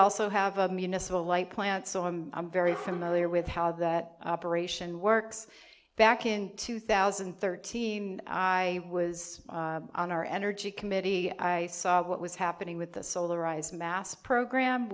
also have a municipal light plant so i'm i'm very familiar with how that operation works back in two thousand and thirteen i was on our energy committee i saw what was happening with the solar rise mass program